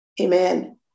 Amen